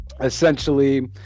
essentially